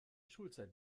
schulzeit